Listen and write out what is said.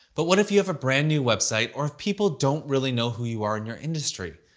but what if you have a brand new website or if people don't really know who you are in your industry?